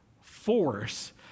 force